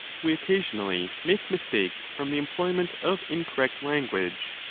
we occasionally make mistakes from the employment of incorrect language,